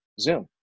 zoom